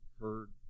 heard